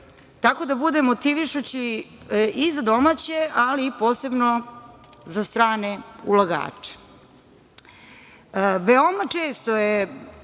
tako da bude motivišući i za domaće, ali posebno za strane ulagače. Veoma